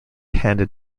handed